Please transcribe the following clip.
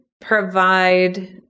provide